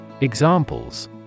Examples